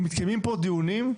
אם מתקיימים פה דיונים,